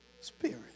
spirit